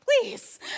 please